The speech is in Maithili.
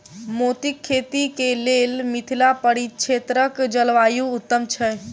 मोतीक खेती केँ लेल मिथिला परिक्षेत्रक जलवायु उत्तम छै?